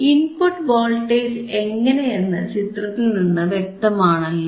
input voltage എങ്ങനെയെന്ന് ചിത്രത്തിൽനിന്നു വ്യക്തമാണല്ലോ